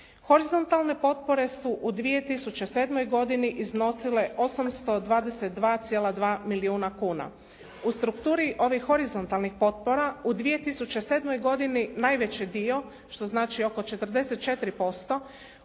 Horizontalne potpore su u 2007. godini iznosile 822,2 milijuna kuna. U strukturi ovih horizontalnih potpora u 2007. godini najveći dio što znači oko 44%